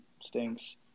stinks